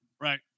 Right